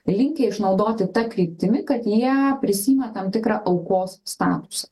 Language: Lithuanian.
linkę išnaudoti ta kryptimi kad jie prisiima tam tikrą aukos statusą